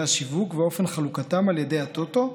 השיווק ואופן חלוקתם על ידי הטוטו,